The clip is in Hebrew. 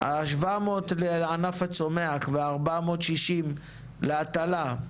ה-700 לענף הצומח ו-460 להטלה,